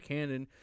Canon